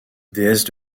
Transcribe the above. déesse